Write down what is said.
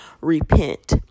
repent